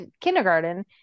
kindergarten